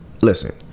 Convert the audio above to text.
listen